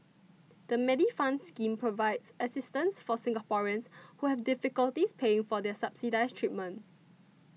the Medifund scheme provides assistance for Singaporeans who have difficulties paying for subsidized treatment